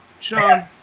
Sean